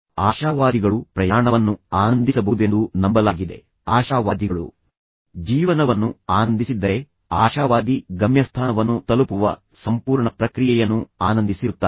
ಆಶಾವಾದಿಗಳು ಪ್ರಯಾಣವನ್ನು ಆನಂದಿಸಬಹುದೆಂದು ನಂಬಲಾಗಿದೆ ಆಶಾವಾದಿಗಳು ಜೀವನವನ್ನು ಆನಂದಿಸಿದ್ದರೆ ಆಶಾವಾದಿ ಗಮ್ಯಸ್ಥಾನವನ್ನು ತಲುಪುವ ಸಂಪೂರ್ಣ ಪ್ರಕ್ರಿಯೆಯನ್ನು ಆನಂದಿಸಿರುತ್ತಾನೆ